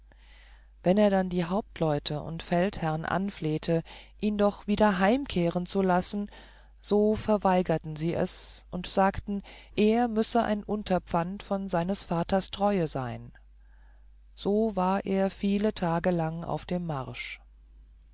wenn er dann die hauptleute und feldherrn anflehte ihn doch wieder heimkehren zu lassen so verweigerten sie es und sagten er müsse ein unterpfand von seines vaters treue sein so war er viele tage lang auf dem marsch